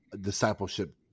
discipleship